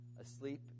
asleep